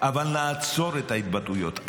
אבל נעצור את ההתבטאויות.